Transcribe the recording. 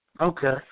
Okay